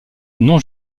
non